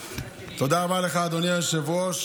תודה רבה לך, אדוני היושב-ראש.